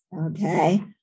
okay